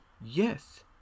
yes